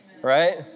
right